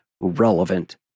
relevant